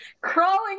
crawling